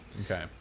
okay